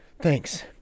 Thanks